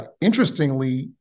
interestingly